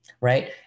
Right